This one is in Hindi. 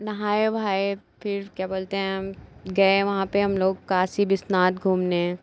नहाए वहाए फिर क्या बोलते है गए वहाँ पर हम लोग काशी विश्वनाथ घूमने